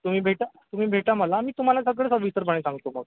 तुम्ही भेटा तुम्ही भेटा मला मी तुम्हाला सगळं सविस्तरपणे सांगतो मग